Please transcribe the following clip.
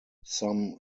some